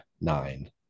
Nine